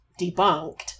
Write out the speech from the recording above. debunked